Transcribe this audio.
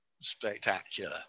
spectacular